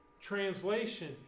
translation